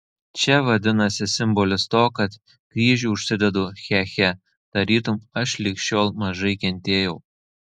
čia vadinasi simbolis to kad kryžių užsidedu che che tarytum aš lig šiol mažai kentėjau